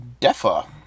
Defa